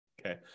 okay